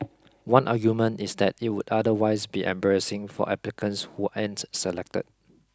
one argument is that it would otherwise be embarrassing for applicants who aren't selected